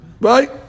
Right